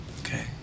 Okay